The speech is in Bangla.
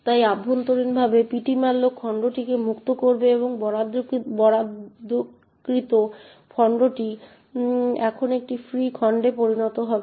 তাই অভ্যন্তরীণভাবে ptmalloc খণ্ডটিকে মুক্ত করবে এবং বরাদ্দকৃত খণ্ডটি এখন একটি ফ্রি খণ্ডে পরিণত হবে